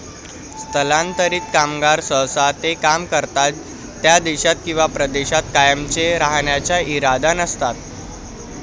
स्थलांतरित कामगार सहसा ते काम करतात त्या देशात किंवा प्रदेशात कायमचे राहण्याचा इरादा नसतात